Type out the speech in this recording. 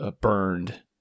burned